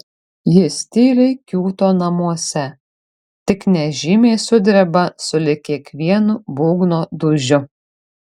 jis tyliai kiūto namuose tik nežymiai sudreba sulig kiekvienu būgno dūžiu